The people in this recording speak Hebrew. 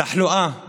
תחלואה